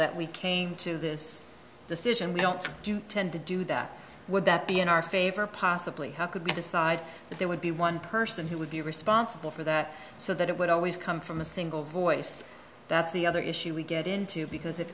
that we came to this decision we don't do tend to do that would that be in our favor possibly how could we decide that there would be one person who would be responsible for that so that it would always come from a single voice that's the other issue we get into because if